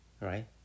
right